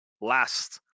last